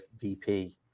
vp